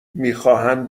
میخواهند